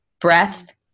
breath